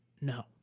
No